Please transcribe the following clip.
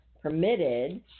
permitted